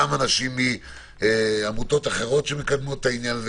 גם אנשים מעמותות אחרות שמקדמות את העניין הזה.